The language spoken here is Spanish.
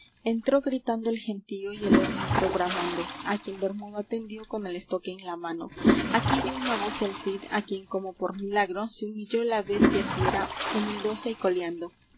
entró gritando el gentío y el león entró bramando á quien bermudo atendió con el estoque en la mano aquí dió una voz el cid á quien como por milagro se humilló la bestia fiera humildosa y coleando